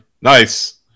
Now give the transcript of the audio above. Nice